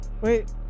Wait